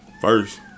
first